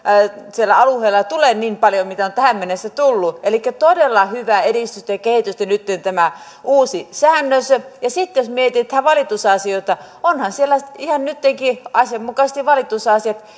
siellä alueella tule niin paljon mitä on tähän mennessä tullut eli todella hyvää edistystä ja kehitystä nytten tämä uusi säännös ja sitten jos mietitään valitusasioita ovathan siellä ihan nyttenkin asianmukaisesti valitusasiat